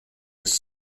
its